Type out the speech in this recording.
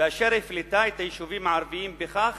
ואשר הפלתה את היישובים הערביים בכך